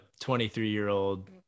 23-year-old